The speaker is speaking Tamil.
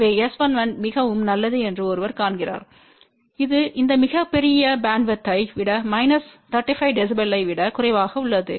எனவே S11மிகவும் நல்லதுஎன்று ஒருவர் காண்கிறார்இது இந்த மிகப் பெரிய பேண்ட்வித்சையை விட மைனஸ் 35 dBயை விட குறைவாக உள்ளது